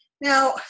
Now